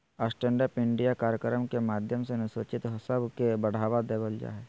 stand up India कार्यक्रम के माध्यम से अनुसूचित सब के बढ़ावा देवल जा हय